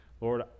Lord